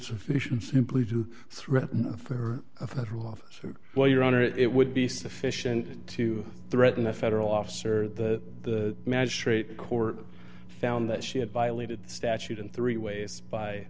sufficient simply to threaten for a federal officer while your honor it would be sufficient to threaten a federal officer that the magistrate court found that she had violated statute in three ways by